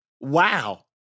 wow